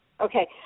Okay